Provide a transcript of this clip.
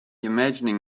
imagining